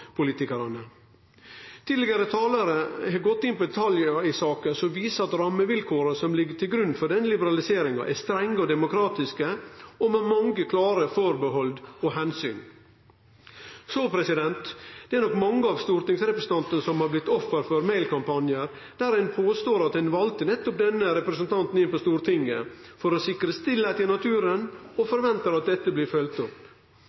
talarar har gått inn i detaljane i saka, som viser at rammevilkåra som ligg til grunn for denne liberaliseringa, er strenge og demokratiske med mange klare atterhald og omsyn. Det er nok mange av stortingsrepresentantane som har blitt offer for mailkampanjar der ein påstår at ein valde nettopp denne representanten inn på Stortinget for å sikre stille i naturen og forventar at dette blir følgd opp.